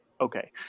okay